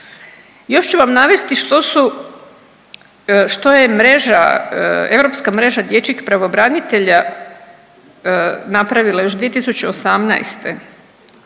Još ću vam navesti što je mreža, europska mreža dječjih pravobranitelja napravila još 2018.